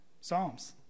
Psalms